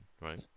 right